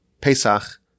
Pesach